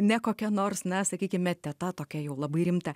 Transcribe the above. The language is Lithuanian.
ne kokia nors na sakykime teta tokia jau labai rimta